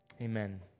amen